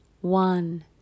one